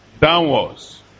downwards